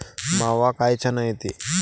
मावा कायच्यानं येते?